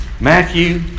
Matthew